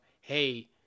hey